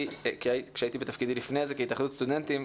כשהייתי בתפקידי לפני זה בהתאחדות הסטודנטים,